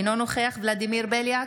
אינו נוכח ולדימיר בליאק,